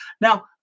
Now